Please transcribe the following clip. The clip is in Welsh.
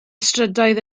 strydoedd